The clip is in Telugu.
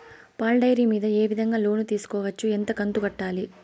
పాల డైరీ మీద ఏ విధంగా లోను తీసుకోవచ్చు? ఎంత కంతు కట్టాలి?